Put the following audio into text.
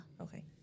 Okay